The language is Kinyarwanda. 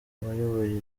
wayoboye